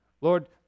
Lord